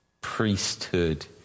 priesthood